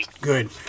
good